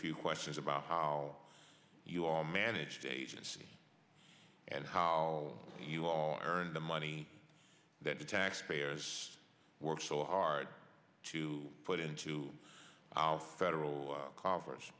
few questions about how you are managed agency and how you all earn the money that the taxpayers work so hard to put into our federal coffers